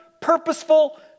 purposeful